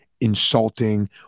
insulting